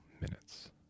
minutes